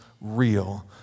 real